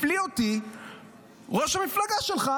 הפליא אותי ראש המפלגה שלך,